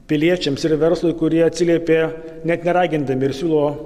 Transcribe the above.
piliečiams ir verslui kurie atsiliepė net neragindami ir siūlo